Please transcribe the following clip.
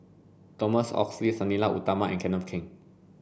Thomas Oxley Sang Nila Utama and Kenneth Keng